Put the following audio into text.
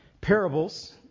parables